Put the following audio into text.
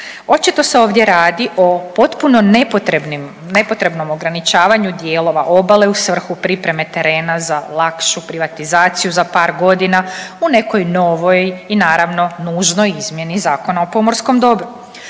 Očito se ovdje radi o potpuno nepotrebnim, nepotrebnom ograničavanju dijelova obale u svrhu pripreme terena za lakšu privatizaciju za par godina u nekoj novoj naravno nužnoj izmjeni Zakona o pomorskom dobru.